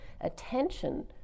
attention